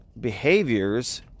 behaviors